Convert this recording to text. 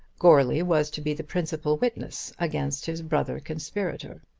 goarly was to be the principal witness against his brother conspirator.